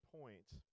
points